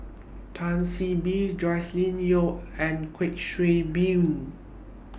Tan See Boo Joscelin Yeo and Kuik Swee